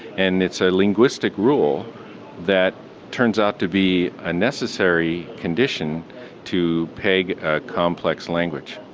and it's a linguistic rule that turns out to be a necessary condition to peg ah complex language.